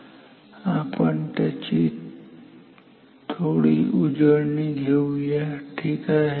पण आपण त्याची थोडी उजळणी घेऊया ठीक आहे